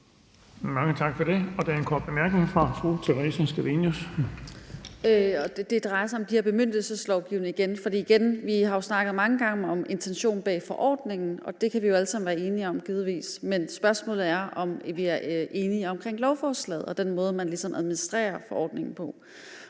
Mange tak for det. Der er en kort bemærkning fra fru Theresa Scavenius. Kl. 19:52 Theresa Scavenius (UFG): Det drejer sig om de her bemyndigelseslovgivninger igen. For igen vil jeg sige, at vi jo har snakket mange gange om intentionen bag forordningen, og det kan vi jo givetvis alle sammen være enige om, men spørgsmålet er, om vi er enige om lovforslaget og den måde, man ligesom administrerer forordningen på.